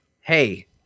hey